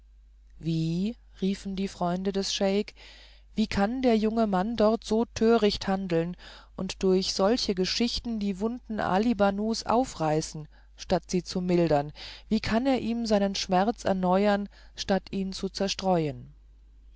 wie riefen die freunde des scheik wie kann der junge mann dort so töricht handeln und durch solche geschichten die wunden ali banus aufreißen statt sie zu mildern wie kann er ihm seinen schmerz erneuern statt ihn zu zerstreuen